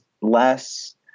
less